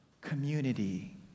community